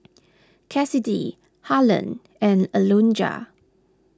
Cassidy Harland and Alonza